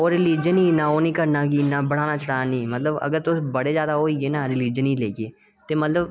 और रिलीजन गी इन्ना ओह् निं करना कि इन्ना बड्डा बढ़ाना निं मतलब अगर तुस बड़े जादा ओह् होई गे न रिलीजन गी लेइयै ते मतलब